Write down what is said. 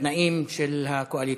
לתנאים של הקואליציה.